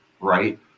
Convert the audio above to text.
right